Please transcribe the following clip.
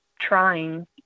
trying